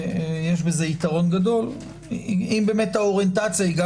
יש בזה היגיון גדול אם האוריינטציה היא גם